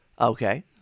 Okay